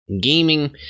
gaming